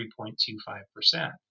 3.25%